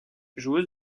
joueuse